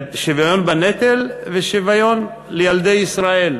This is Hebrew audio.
שוויון בנטל ושוויון לילדי ישראל.